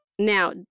Now